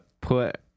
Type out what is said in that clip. put